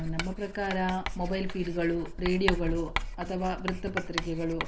ನಮ್ಮ ಪ್ರಕಾರ ಮೊಬೈಲ್ ಫೀಡ್ಗಳು ರೇಡಿಯೋಗಳು ಅಥವಾ ವೃತ್ತಪತ್ರಿಕೆಗಳು